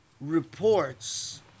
reports